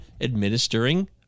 administering